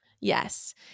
Yes